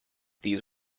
these